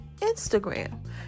Instagram